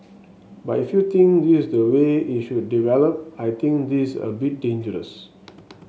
but if you think this is the way it should develop I think this is a bit dangerous